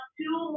two